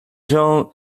shown